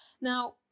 Now